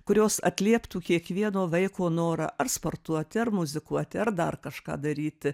kurios atlieptų kiekvieno vaiko norą ar sportuoti ar muzikuoti ar dar kažką daryti